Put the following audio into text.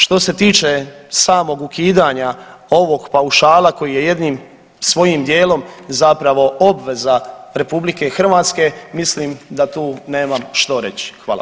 Što se tiče samog ukidanja ovog paušala koji je jednim svojim dijelom zapravo obveza RH mislim da tu nemam što reći.